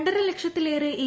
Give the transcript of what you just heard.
രണ്ടര ലക്ഷത്തിലേറെ ഇ